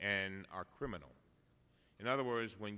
and are criminal in other words when